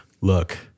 look